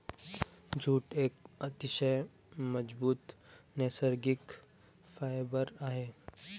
jute एक अतिशय मजबूत नैसर्गिक फायबर आहे